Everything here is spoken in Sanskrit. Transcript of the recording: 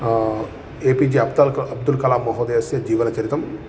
ए पी जे अब्दल् क अब्दुल् कलां महोदयस्य जीवनचरितं